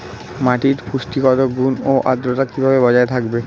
মাটির পুষ্টিগত গুণ ও আদ্রতা কিভাবে বজায় থাকবে?